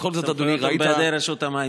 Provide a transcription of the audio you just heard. הסמכויות הן בידי רשות המים.